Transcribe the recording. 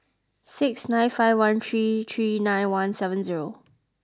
six nine five one three three nine one seven zero